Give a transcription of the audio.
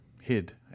hid